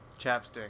chapstick